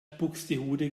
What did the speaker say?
buxtehude